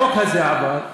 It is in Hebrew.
החוק הזה עבר,